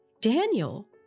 Daniel